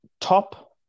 Top